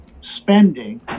spending